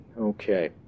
Okay